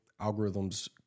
algorithms